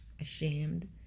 ashamed